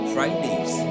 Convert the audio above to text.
Fridays